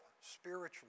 spiritually